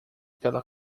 pela